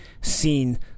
seen